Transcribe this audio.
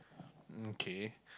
okay